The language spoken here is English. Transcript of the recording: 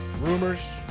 rumors